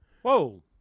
Whoa